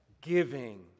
giving